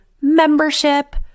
membership